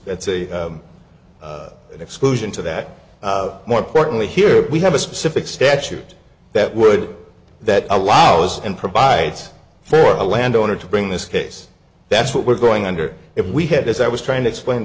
that's a exclusion to that more importantly here we have a specific statute that would that allows and provides for a landowner to bring this case that's what we're going under if we had as i was trying to explain